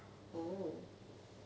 oh